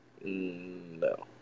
No